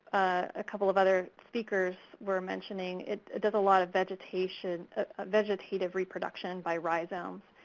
a couple of other speakers were mentioning it does a lot of vegetative ah vegetative reproduction by rhizomes,